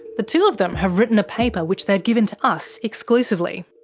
the two of them have written a paper which they've given to us exclusively.